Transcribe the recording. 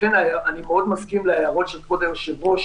לכן אני מסכים מאוד להערות של כבוד היושב-ראש,